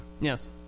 Yes